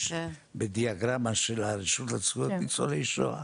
בדיאגרמה של הרשות לזכויות ניצולי שואה